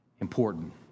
important